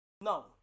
No